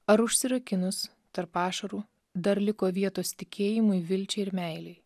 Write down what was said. ar užsirakinus tarp ašarų dar liko vietos tikėjimui vilčiai ir meilei